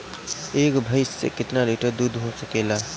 एक भइस से कितना लिटर दूध हो सकेला?